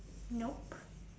nope